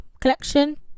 collection